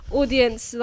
audience